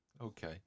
okay